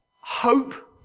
hope